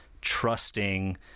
trusting